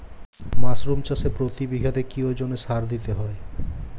Mushroom চাষে প্রতি বিঘাতে কি ওজনে সার দিতে হবে?